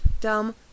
dumb